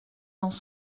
dans